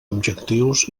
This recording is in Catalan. objectius